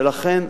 ולכן,